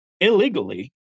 illegally